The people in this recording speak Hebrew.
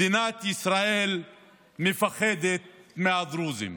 מדינת ישראל מפחדת מהדרוזים".